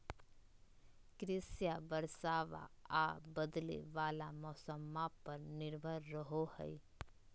कृषिया बरसाबा आ बदले वाला मौसम्मा पर निर्भर रहो हई